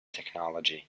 technology